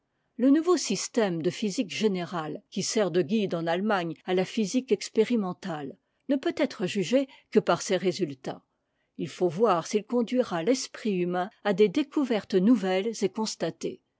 le nouveau système de physique générale qui sert de guide en allemagne à la physique expérimentaie ne peut être jugé que par ses résultats il faut voir s'il conduira l'esprit humain à des découvertes nouvelles et constatées